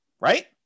Right